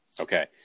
Okay